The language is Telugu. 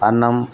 అన్నం